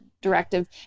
directive